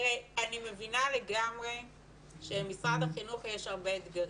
אני מבינה לגמרי שלמשרד החינוך יש הרבה אתגרים.